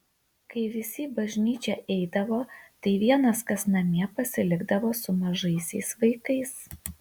kai visi į bažnyčią eidavo tai vienas kas namie pasilikdavo su mažaisiais vaikais